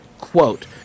Quote